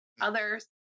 others